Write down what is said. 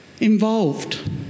Involved